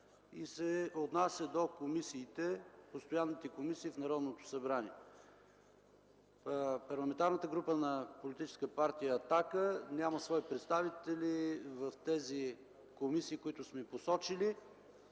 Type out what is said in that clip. и се отнася до постоянните комисии в Народното събрание. Парламентарната група на Политическа партия „Атака” няма свои представители в тези комисии, които сме посочили.